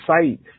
site